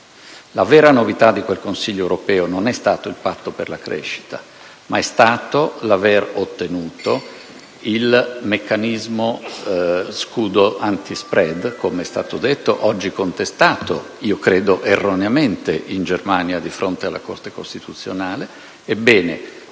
La vera novità di quel Consiglio europeo non è stato il Patto per la crescita, ma l'aver ottenuto il meccanismo dello scudo *antispread*, com'è stato definito, oggi contestato - credo erroneamente - in Germania di fronte alla Corte costituzionale.